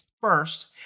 First